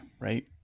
right